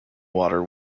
water